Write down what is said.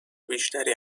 بیشتری